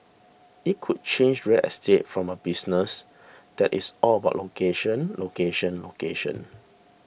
it could change real estate from a business that is all about location location location